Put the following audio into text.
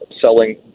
selling